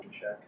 Check